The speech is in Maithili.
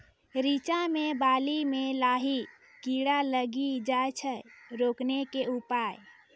रिचा मे बाली मैं लाही कीड़ा लागी जाए छै रोकने के उपाय?